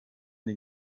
den